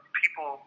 people